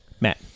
Matt